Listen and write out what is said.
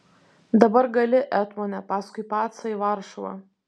dabar gali etmone paskui pacą į varšuvą